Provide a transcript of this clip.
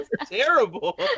terrible